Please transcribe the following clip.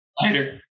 Later